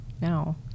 now